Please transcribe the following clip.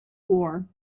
war